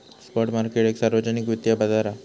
spot market एक सार्वजनिक वित्तिय बाजार हा